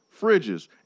fridges